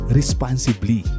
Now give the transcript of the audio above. responsibly